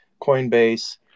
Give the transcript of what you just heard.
Coinbase